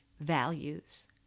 values